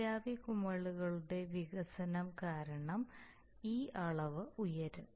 നീരാവി കുമിളകളുടെ വികാസം കാരണം ഈ അളവ് ഉയരും